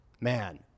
man